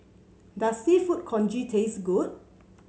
does seafood congee taste good